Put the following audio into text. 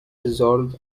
resolved